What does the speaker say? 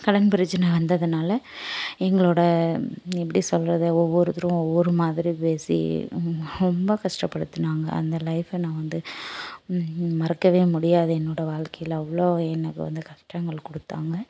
கடன் பிரச்சின வந்ததுனால் எங்களோடய எப்படி சொல்கிறது ஒவ்வொருத்தரும் ஒவ்வொரு மாதிரி பேசி ரொம்ப கஷ்டப்படுத்துனாங்க அந்த லைஃபை நான் வந்து மறக்கவே முடியாது என்னோடய வாழ்க்கையில் அவ்வளோ எனக்கு வந்து கஷ்டங்கள் கொடுத்தாங்க